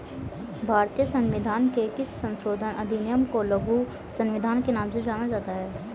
भारतीय संविधान के किस संशोधन अधिनियम को लघु संविधान के नाम से जाना जाता है?